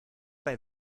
bei